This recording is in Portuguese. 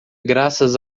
graças